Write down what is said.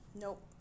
nope